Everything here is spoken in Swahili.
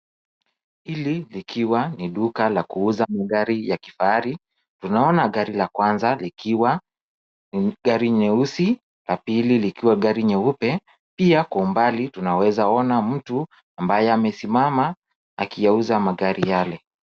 Hili likiwa ni duka la kuuza magari ya kifahari, tunaona gari la kwanza likiwa ni gari nyeusi, la pili likiwa gari nyeupe. Pia kwa umbali tunaweza ona mtu ambaye amesimama akiyauza magari yale.